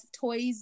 toys